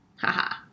Haha